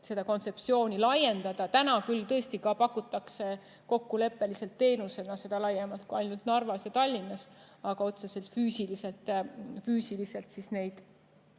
majade kontseptsiooni laiendada. Tõesti pakutakse kokkuleppeliselt teenusena seda laiemalt kui ainult Narvas ja Tallinnas, aga otseselt füüsiliselt neid